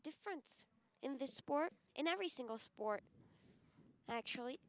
difference in this sport in every single sport actually